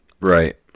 right